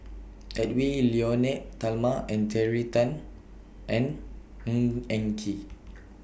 Edwy Lyonet Talma Terry Tan and Ng Eng Kee